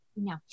No